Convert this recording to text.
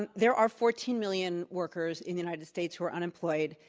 and there are fourteen million workers in the united states who are unemployed.